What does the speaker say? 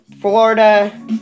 Florida